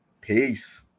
Peace